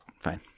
fine